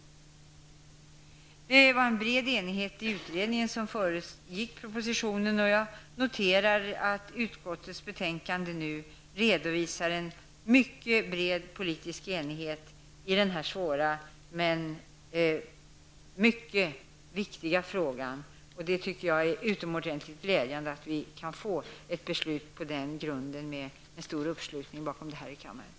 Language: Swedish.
Det fanns en bred enighet i utredningen som föregick propositionen, och jag noterar att utskottsbetänkandet nu redovisar en mycket bred politisk enighet i den här svåra men oerhört viktiga frågan. Jag tycker att det är utomordentligt glädjande att riksdagen kan fatta ett beslut på den grunden med stor uppslutning i kammaren.